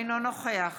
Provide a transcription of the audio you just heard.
אינו נוכח